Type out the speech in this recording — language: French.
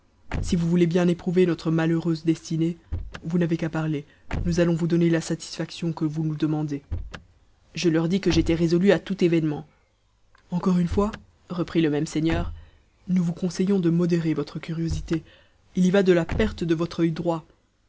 si vous voulez bien éprouver notre malheureuse destinée vous n'avez qu'à parler nous allons vous donner la satisfaction que vous nous demandez je leur dis que j'étais résolu à tout événement encore une fois reprit le même seigneur nous vous conseillons de modérer votre curiosité il y va de la perte de votre oeil droit